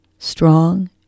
Strong